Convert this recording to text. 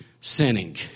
sinning